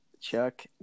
Chuck